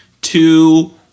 two